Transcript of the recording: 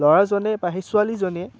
ল'ৰাজনে বা সেই ছোৱালীজনীয়ে